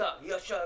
סע ישר,